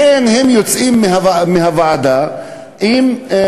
לכן הם יוצאים מהוועדה במצב,